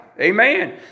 Amen